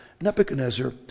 Nebuchadnezzar